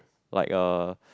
like uh